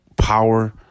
power